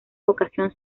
vocación